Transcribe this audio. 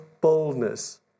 boldness